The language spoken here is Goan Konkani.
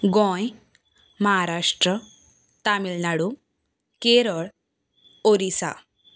गोंय महाराष्ट्र तामिलनाडू केरळ उड़ीसा